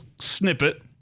snippet